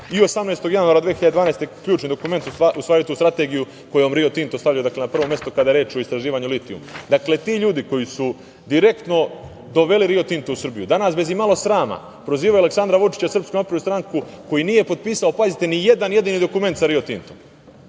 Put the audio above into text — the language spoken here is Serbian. i 18. januara 2012. godine, ključni dokument, usvajaju tu Strategiju kojom „Rio Tinto“ stavljaju na prvo mesto kada je reč o istraživanju litijuma. Dakle, ti ljudi koji su direktno doveli Rio Tinto u Srbiju, danas bez imalo srama prozivaju Aleksandra Vučića, SNS koji nije potpisao, pazite, ni jedan jedini dokument sa Rio